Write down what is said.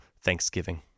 thanksgiving